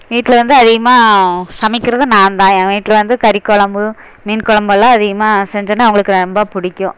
வீட்டில் வந்து அதிகமாக சமைக்கிறதும் நான் தான் என் வீட்டில் வந்து கறி குழம்பு மீன் குழம்பெல்லாம் அதிகமாக செஞ்சேன்னால் அவங்களுக்கு ரொம்ப பிடிக்கும்